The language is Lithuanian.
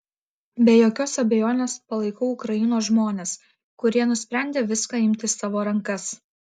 be jokios abejonės palaikau ukrainos žmones kurie nusprendė viską imti į savo rankas